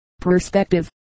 Perspective